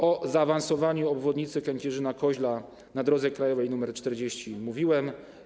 O zaawansowaniu budowy obwodnicy Kędzierzyna-Koźla na drodze krajowej nr 40 mówiłem.